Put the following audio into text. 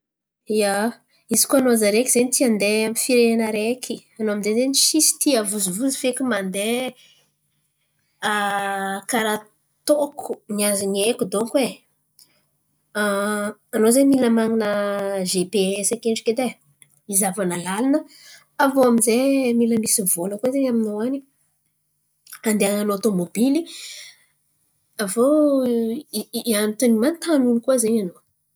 Ia, izy koa anao zaraiky zen̈y ty handeha amy firenena araiky, anao amy zay zen̈y tsisy ty havozovozo feky mandeha karà ataoko ny azo ny haiko donko e. Anao zen̈y mila man̈ana GPS akendriky edy e izahavana lalana. Aviô aminjay mila misy vôla koa zen̈y aminao an̈y handihan̈anao tômôbily. Aviô antony manontany olo koa zen̈y anao.